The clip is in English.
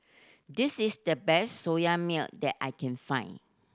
this is the best Soya Milk that I can find